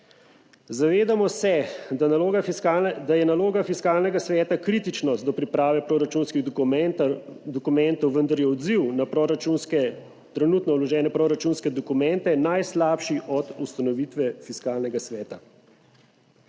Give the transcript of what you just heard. Zavedamo se, da je naloga Fiskalnega sveta kritičnost do priprave proračunskih dokumentov, vendar je odziv na trenutno vložene proračunske dokumente najslabši od ustanovitve Fiskalnega sveta.«